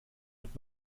wird